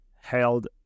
held